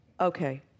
okay